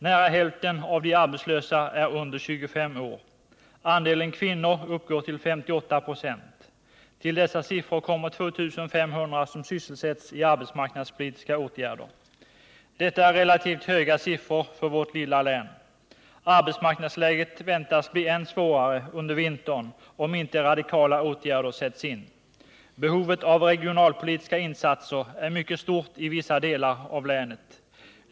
Nära hälften av de arbetslösa är under 25 år. Andelen kvinnor uppgår till 58 96. Till dessa siffror kommer 2 500 som sysselsätts i arbetsmarknadspolitiska åtgärder. Detta är relativt höga siffror för vårt lilla län. Arbetsmarknadsläget väntas bli än svårare under vintern, om inte radikala åtgärder sätts in. Behovet av regionalpolitiska insatser är i vissa delar av länet mycket stort.